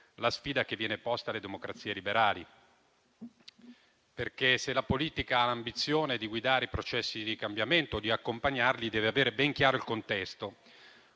la sfida che viene posta alle democrazie liberali, perché se la politica ha l'ambizione di guidare i processi di cambiamento e di accompagnarli, deve avere ben chiaro il contesto.